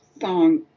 song